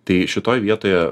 tai šitoj vietoje